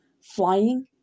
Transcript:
flying